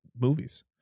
movies